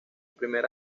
primer